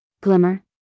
Glimmer